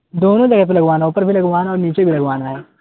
دونوں جگہ پہ لگوانا ہے اوپر بھی لگوانا ہے اور نیچے بھی لگوانا ہے